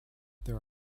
there